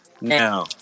now